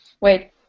wait